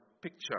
picture